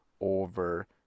over